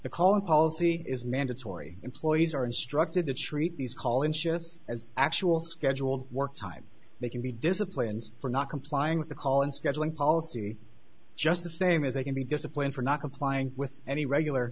the calling policy is mandatory employees are instructed to treat these call in shifts as actual scheduled work time they can be disciplined for not complying with the call and scheduling policy just the same as they can be disciplined for not complying with any regular